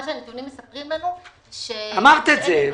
מה שהנתונים מספרים לנו --- אמרת את זה.